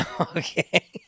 Okay